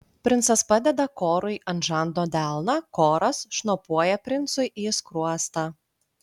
princas padeda korui ant žando delną koras šnopuoja princui į skruostą